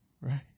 Right